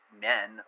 men